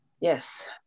yes